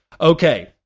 Okay